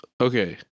Okay